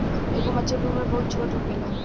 एगो मछर के उम्र बहुत छोट होखेला